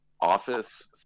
office